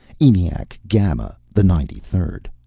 eniac gamma the ninety-third.